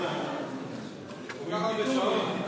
כל כך הרבה שעות.